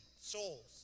souls